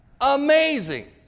Amazing